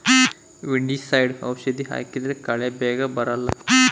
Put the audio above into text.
weedicide ಔಷಧಿ ಹಾಕಿದ್ರೆ ಕಳೆ ಬೇಗ ಬರಲ್ಲ